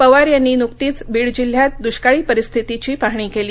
पवार यांनी नुकतीच बीड जिल्ह्यात दृष्काळी परिस्थितीची पाहणी केली